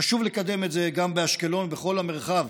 חשוב לקדם את זה גם באשקלון ובכל המרחב.